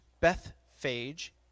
Bethphage